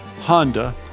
Honda